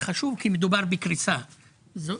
חברות עסקיות